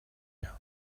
gown